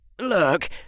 Look